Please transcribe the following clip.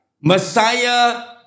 Messiah